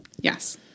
Yes